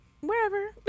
Wherever